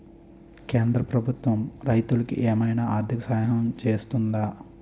కేంద్ర ప్రభుత్వం రైతులకు ఏమైనా ఆర్థిక సాయం చేస్తుందా?